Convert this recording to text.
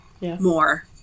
more